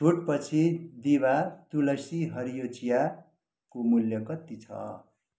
छुट पछि दिभा तुलसी हरियो चियाको मूल्य कति छ